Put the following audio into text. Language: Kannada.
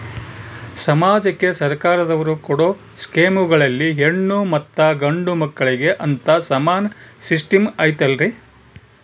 ಸಮಾಜಕ್ಕೆ ಸರ್ಕಾರದವರು ಕೊಡೊ ಸ್ಕೇಮುಗಳಲ್ಲಿ ಹೆಣ್ಣು ಮತ್ತಾ ಗಂಡು ಮಕ್ಕಳಿಗೆ ಅಂತಾ ಸಮಾನ ಸಿಸ್ಟಮ್ ಐತಲ್ರಿ?